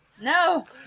no